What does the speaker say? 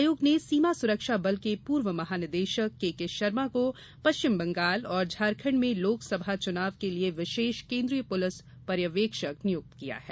आयोग ने सीमा सुरक्षा बल के पूर्व महानिदेशक के के शर्मा को पश्चिम बंगाल और झारखंड में लोक सभा चुनाव के लिए विशेष केन्द्रीय पुलिस पर्यवेक्षक नियुक्त किया है